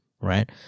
right